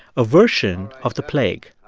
a version of the plague.